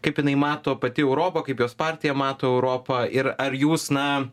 kaip jinai mato pati europa kaip jos partija mato europą ir ar jūs na